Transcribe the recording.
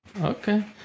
Okay